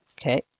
Okay